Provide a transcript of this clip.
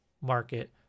market